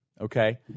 okay